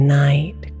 night